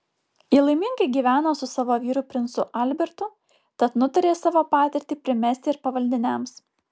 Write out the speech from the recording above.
ji laimingai gyveno su savo vyru princu albertu tad nutarė savo patirtį primesti ir pavaldiniams